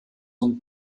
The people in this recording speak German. und